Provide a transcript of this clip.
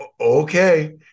okay